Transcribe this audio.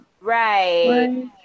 right